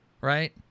Right